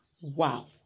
Wow